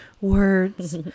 words